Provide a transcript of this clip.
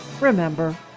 Remember